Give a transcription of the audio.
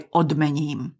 odmením